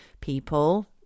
people